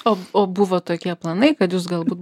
o o buvo tokie planai kad jūs galbūt